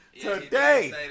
Today